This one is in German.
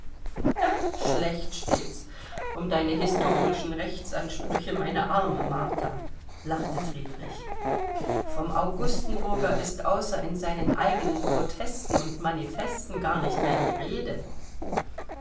schlecht steht's um deine historischen rechtsansprüche meine arme martha lachte friedrich vom augustenburger ist außer in seinen eigenen protesten und manifesten gar nicht mehr die rede